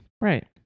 right